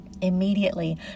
Immediately